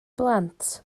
blant